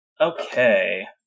okay